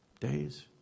Days